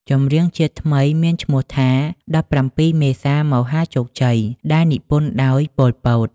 ចម្រៀងជាតិថ្មីមានឈ្មោះថា ១៧មេសា មហាជោគជ័យ ដែលនិពន្ធដោយ ប៉ុល ពត ។